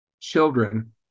children